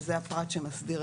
יבוא: